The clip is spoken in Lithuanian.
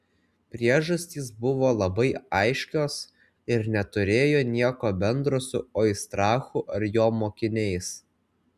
priežastys buvo labai aiškios ir neturėjo nieko bendro su oistrachu ar jo mokiniais